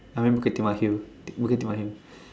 I mean Bukit-Timah-hill Bukit-Timah-hill